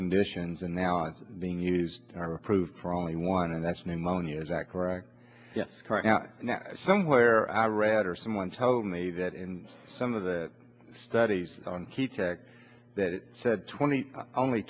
conditions and now being used or approved for only one and that's pneumonia is that correct yes somewhere i read or someone told me that in some of the studies that said twenty only